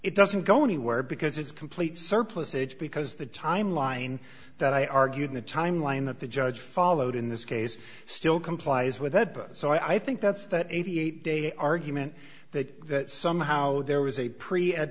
it doesn't go anywhere because it's complete surplusage because the timeline that i argued in the timeline that the judge followed in this case still complies with that book so i think that's that eighty eight day argument that somehow there was a pre at